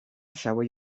xaboi